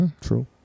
True